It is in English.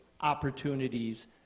opportunities